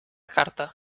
carta